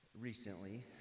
recently